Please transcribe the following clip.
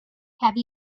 have